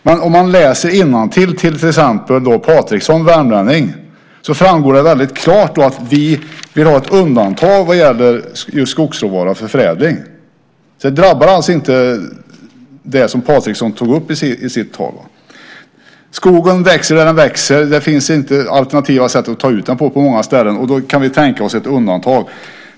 Men om man läser innantill framgår det väldigt klart att vi vill ha ett undantag vad gäller just skogsråvara för förädling. Det drabbar alltså inte det som Patriksson, värmlänning, tog upp i sitt tal. Skogen växer där den växer. På många ställen finns det inte alternativa sätt att ta ut den på. Då kan vi tänka oss ett undantag.